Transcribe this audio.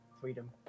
Freedom